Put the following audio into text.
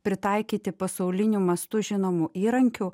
pritaikyti pasauliniu mastu žinomų įrankių